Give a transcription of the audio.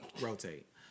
rotate